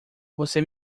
você